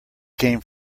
came